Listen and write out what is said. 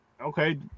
Okay